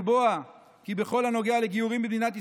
ולקבוע כי בכל הנוגע לגיורים במדינת ישראל,